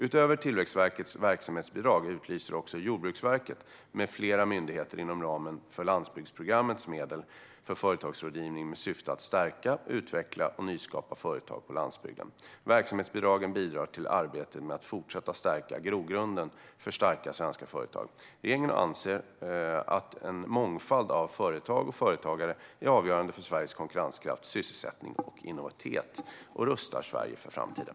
Utöver Tillväxtverkets verksamhetsbidrag utlyser också Jordbruksverket med flera myndigheter inom ramen för landsbygdsprogrammet medel för företagsrådgivning med syfte att stärka, utveckla och nyskapa företag på landsbygden. Verksamhetsbidragen bidrar till arbetet med att fortsätta stärka grogrunden för starka svenska företag. Regeringen anser att en mångfald av företag och företagare är avgörande för Sveriges konkurrenskraft, sysselsättning och innovativitet och rustar Sverige för framtiden.